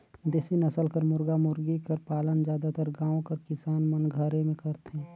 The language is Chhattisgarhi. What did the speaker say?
देसी नसल कर मुरगा मुरगी कर पालन जादातर गाँव कर किसान मन घरे में करथे